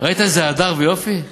ראית איזה הדר ויופי?